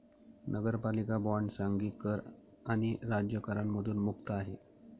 नगरपालिका बॉण्ड सांघिक कर आणि राज्य करांमधून मुक्त आहे